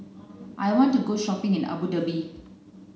I want to go shopping in Abu Dhabi